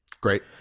Great